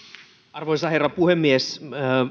arvoisa herra puhemies